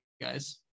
guys